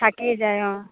থাকি যায় অঁ